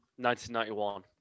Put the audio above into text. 1991